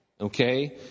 okay